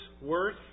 worth